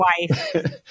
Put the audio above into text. wife